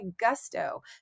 Gusto